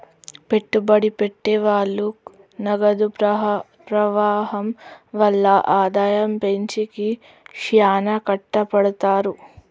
పెట్టుబడి పెట్టె వాళ్ళు నగదు ప్రవాహం వల్ల ఆదాయం పెంచేకి శ్యానా కట్టపడతారు